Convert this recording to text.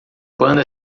banda